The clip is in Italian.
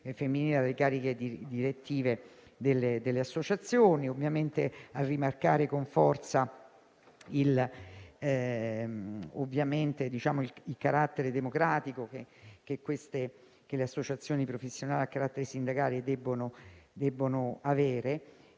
alle cariche direttive delle associazioni, a rimarcare con forza il carattere democratico che le associazioni professionali a carattere sindacale debbono avere.